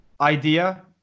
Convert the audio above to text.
idea